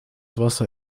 wasser